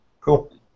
Cool